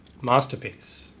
masterpiece